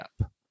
up